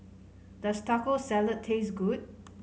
does Taco Salad taste good